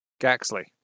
Gaxley